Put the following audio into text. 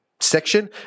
section